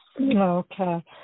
Okay